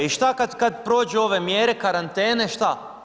I šta kad prođu ove mjere karantene, šta?